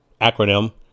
acronym